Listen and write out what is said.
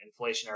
inflationary